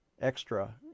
extra